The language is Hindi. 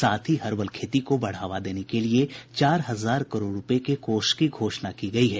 साथ ही हर्बल खेती को बढावा देने के लिए चार हजार करोड रूपये के कोष की घोषणा की गई है